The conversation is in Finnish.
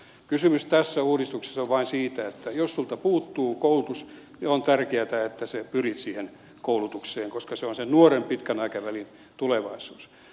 kysymys tässä uudistuksessa on vain siitä että jos sinulta puuttuu koulutus on tärkeätä että sinä pyrit siihen koulutukseen koska se on sen nuoren pitkän aikavälin tulevaisuus